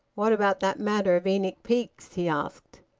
what about that matter of enoch peake's? he asked,